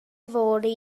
fory